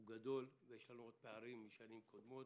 גדול ויש עוד פערים משנים קודמות.